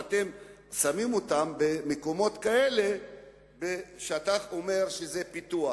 ואתם שמים אותם במקומות כאלה שאתה אומר שזה פיתוח.